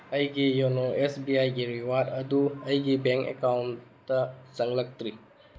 ꯑꯩꯒꯤ ꯌꯣꯅꯣ ꯑꯦꯁꯕꯤꯑꯥꯏꯒꯤ ꯔꯤꯋꯥꯔꯠ ꯑꯗꯨ ꯑꯩꯒꯤ ꯕꯦꯡ ꯑꯦꯀꯥꯎꯟꯇ ꯆꯪꯂꯛꯇ꯭ꯔꯤ